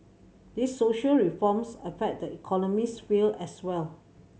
these social reforms affect the economic sphere as well